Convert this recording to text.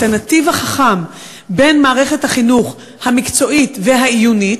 את הנתיב החכם בין מערכת החינוך המקצועית והעיונית,